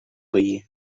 veí